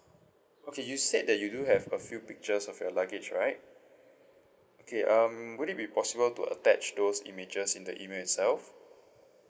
okay you said that you do have a few pictures of your luggage right okay um would it be possible to attach those images in the email itself